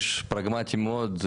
איש פרגמטי מאוד,